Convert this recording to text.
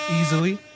easily